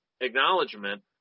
acknowledgement